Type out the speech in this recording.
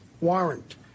warrant